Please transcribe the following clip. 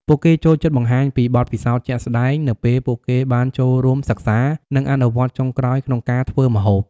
ពួកគេចូលចិត្តបង្ហាញពីបទពិសោធន៍ជាក់ស្តែងនៅពេលពួកគេបានចូលរួមសិក្សា និងអនុវត្តន៍ចុងក្រោយក្នុងការធ្វើម្ហូប។